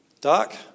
Doc